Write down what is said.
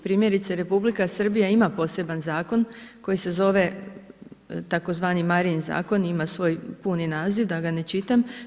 Primjerice Republika Srbija ima poseban zakon koji se tzv. Marijin zakon i ima svoj puni naziv, da ga ne čitam.